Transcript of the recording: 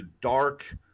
dark